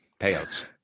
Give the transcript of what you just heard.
payouts